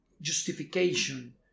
justification